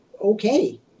okay